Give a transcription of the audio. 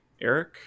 Eric